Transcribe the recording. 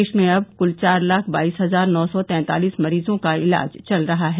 देश में अब कुल चार लाख बाईस हजार नौ सौ तैंतालिस मरीजों का ईलाज चल रहा है